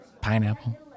pineapple